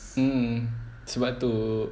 mm mm sebab tu